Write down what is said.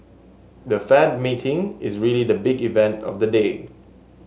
the Fed meeting is really the big event of the day